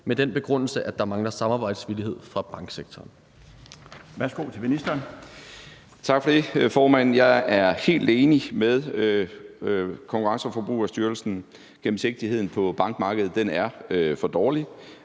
med den begrundelse, at der mangler samarbejdsvillighed fra banksektoren?